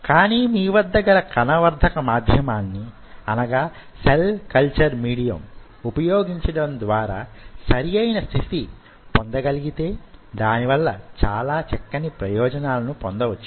కానీ మీ వద్ద గల కణవర్ధక మాధ్యమాన్ని సెల్ కల్చర్ మీడియం ఉపయోగించడం ద్వారా సరియైన స్థితిని పొందగలిగితే దాని వలన చాలా చక్కని ప్రయోజనాలను పొందవచ్చును